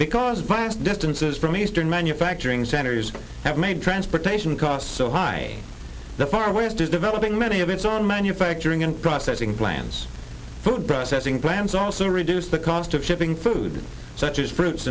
buyers distances from eastern manufacturing centers have made transportation costs so high the far west is developing many of its own manufacturing and processing plants food processing plants also reduce the cost of shipping food such as fruits